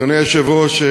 אדוני היושב-ראש,